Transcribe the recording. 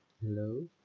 Hello